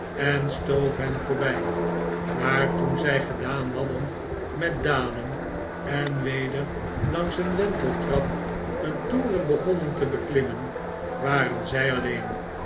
stoof hen voorbij maar toen zjj gedaan hadden met dalen en weder langs een wenteltrap een toren begonnen te beklimmen waren zjj alleen